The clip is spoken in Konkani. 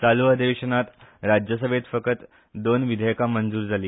चालू अधिवेशनात राज्यसभेत फक्त दोन विधेयका मंजूर जाली